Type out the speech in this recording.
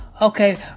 Okay